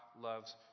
loves